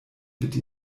bitte